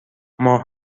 ماه